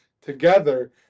together